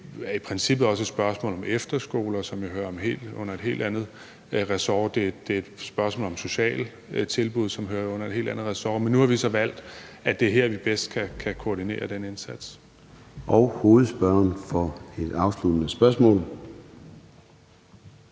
det er i princippet også et spørgsmål om efterskoler, som jo hører under et helt andet ressort, og det er et spørgsmål om sociale tilbud, som hører under et helt andet ressort. Men nu har vi så valgt, at det er her, vi bedst kan koordinere den indsats. Kl. 14:11 Formanden (Søren